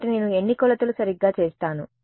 కాబట్టి నేను ఎన్ని కొలతలు సరిగ్గా చేస్తాను